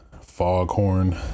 foghorn